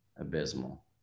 abysmal